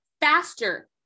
faster